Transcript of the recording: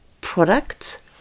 products